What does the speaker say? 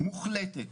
מוחלטת